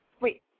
Wait